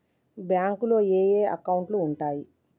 బ్యాంకులో ఏయే అకౌంట్లు ఉంటయ్?